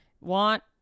want